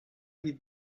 die